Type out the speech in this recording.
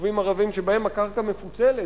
ביישובים ערביים שבהם הקרקע מפוצלת,